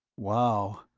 wow!